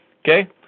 Okay